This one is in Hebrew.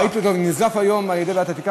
ראיתי אותו ננזף היום על-ידי ועדת האתיקה,